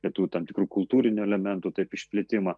lituvių tam tikrų kultūrinių elementų taip išplitimą